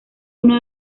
uno